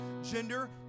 Gender